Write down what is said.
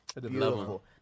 Beautiful